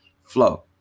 flow